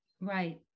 Right